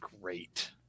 great